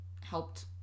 helped